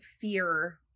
fear